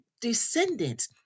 descendants